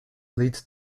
leads